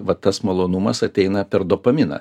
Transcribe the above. va tas malonumas ateina per dopaminą